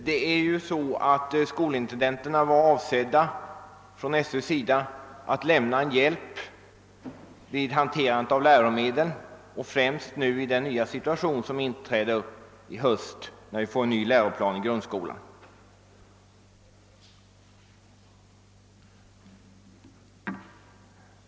Skolöverstyrelsens avsikt var att skolintendenterna skulle hjälpa till vid hanteringen av läromedlen, främst då i den nya situation som inträder i höst, när vi får en ny läroplan i grundskolan.